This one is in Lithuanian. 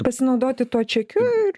pasinaudoti tuo čekiu ir